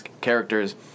characters